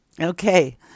Okay